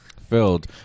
filled